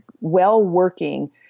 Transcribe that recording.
well-working